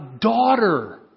daughter